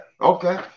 okay